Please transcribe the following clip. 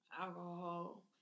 alcohol